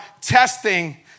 testing